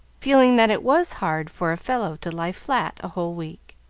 feeling that it was hard for a fellow to lie flat a whole week.